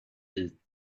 hit